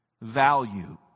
value